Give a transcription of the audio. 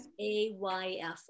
AYF